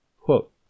Quote